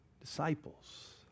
disciples